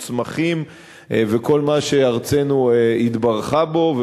צמחים וכל מה שארצנו התברכה בו,